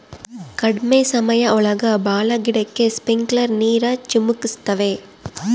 ಕಡ್ಮೆ ಸಮಯ ಒಳಗ ಭಾಳ ಗಿಡಕ್ಕೆ ಸ್ಪ್ರಿಂಕ್ಲರ್ ನೀರ್ ಚಿಮುಕಿಸ್ತವೆ